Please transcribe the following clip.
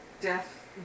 death